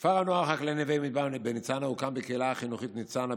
כפר הנוער החקלאי נווה מדבר בניצנה הוקם בקהילה החינוכית ניצנה,